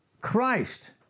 Christ